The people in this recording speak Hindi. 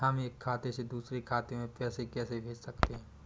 हम एक खाते से दूसरे खाते में पैसे कैसे भेज सकते हैं?